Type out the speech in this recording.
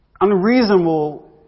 unreasonable